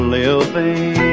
living